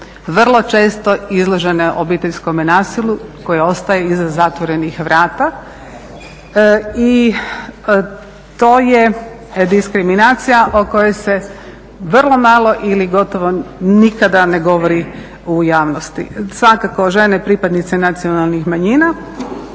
vrlo često izložene obiteljskome nasilju koje ostaje iza zatvorenih vrata. I to je diskriminacija o kojoj se vrlo malo ili gotovo nikada ne govori u javnosti. Svakako žene pripadnice nacionalnih manjina,